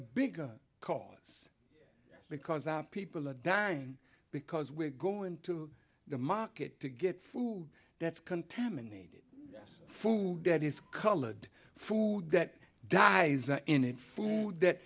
bigger cause because people are dying because we're going to the market to get food that's contaminated yes food that is colored food that dies in food that